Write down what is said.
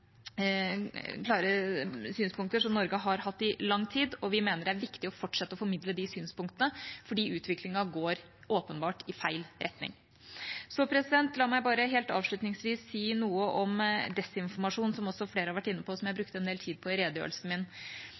synspunkter som Norge har hatt i lang tid, og vi mener det er viktig å fortsette å formidle de synspunktene, for utviklingen går åpenbart i feil retning. La meg bare helt avslutningsvis si noe om desinformasjon, som flere har vært inne på, og som jeg brukte en del tid på i redegjørelsen min.